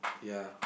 ya